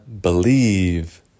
believe